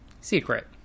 secret